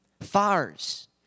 Fires